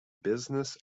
business